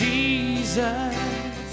Jesus